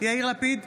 יאיר לפיד,